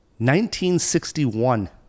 1961